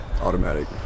Automatic